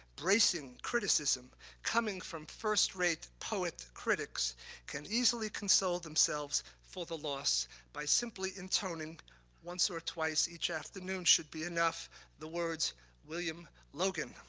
bracing criticism coming from first-rate poet critics can easily console themselves for the loss by simply intoning once or twice each afternoon should be enough the words william logan,